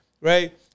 Right